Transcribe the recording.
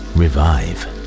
revive